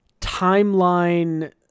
timeline